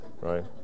right